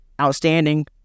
outstanding